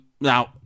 Now